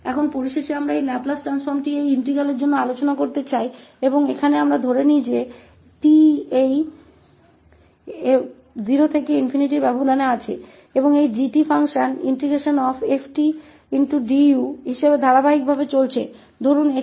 अब अंत में हम इस लाप्लास अभिन्न के लिए बदलने के बारे में बात करना चाहते हैं और यहाँ हम मानते हैं कि 𝑓 𝑡 और इस अंतराल 0 पर piecewise निरंतर ∞ करने के लिए है इस समारोह 𝑔 𝑡के रूप में 0t𝐹𝑑u हैं